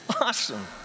Awesome